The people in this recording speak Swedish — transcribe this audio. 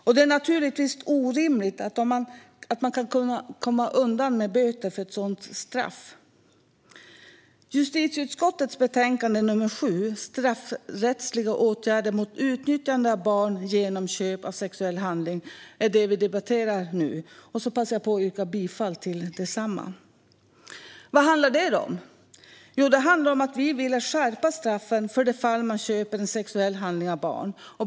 Och det är naturligtvis orimligt att man kan komma undan med böter för ett sådant brott. Justitieutskottets betänkande nr 7, Straffrättsliga åtgärder mot utnyttjande av barn genom köp av sexuell handling , är det vi nu debatterar. Jag passar på att yrka bifall till förslaget i detsamma. Vad handlar det då om? Jo, det handlar om att vi vill skärpa straffen för de fall där man köper en sexuell handling av barn.